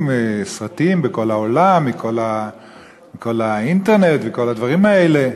סרטים מכל העולם באינטרנט וכל הדברים האלה.